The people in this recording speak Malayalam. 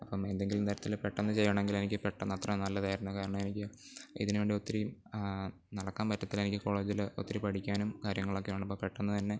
അപ്പം എന്തെങ്കിലും തരത്തിൽ പെട്ടെന്ന് ചെയ്യണമെങ്കിൽ എനിക്ക് പെട്ടെന്ന് അത്രയും നല്ലതായിരുന്നു കാരണം എനിക്ക് ഇതിന് വേണ്ടി ഒത്തിരിയും നടക്കാൻ പറ്റത്തില്ല എനിക്ക് കോളേജിൽ ഒത്തിരി പഠിക്കാനും കാര്യങ്ങളൊക്കെയുണ്ട് അപ്പം പെട്ടെന്ന് തന്നെ